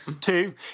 Two